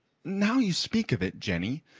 now you speak of it, jenny,